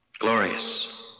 glorious